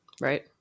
Right